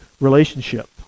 relationship